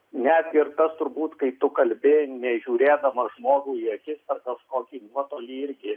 net ir tas kai tu kalbi nežiūrėdamas žmogui į akis per kažkokį nuotolį irgi